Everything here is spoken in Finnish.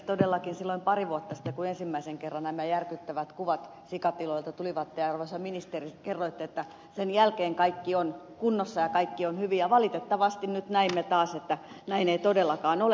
todellakin silloin pari vuotta sitten kun ensimmäisen kerran nämä järkyttävät kuvat sikatiloilta tulivat te arvoisa ministeri kerroitte että sen jälkeen kaikki on kunnossa ja kaikki on hyvin ja valitettavasti nyt näimme taas että näin ei todellakaan ole